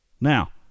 Now